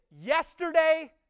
Yesterday